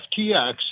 FTX